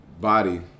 body